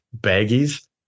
baggies